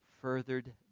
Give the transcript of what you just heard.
furthered